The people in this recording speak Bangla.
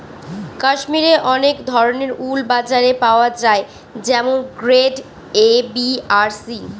কাশ্মিরে অনেক ধরনের উল বাজারে পাওয়া যায় যেমন গ্রেড এ, বি আর সি